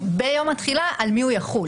וביום התחילה על מי הוא יחול.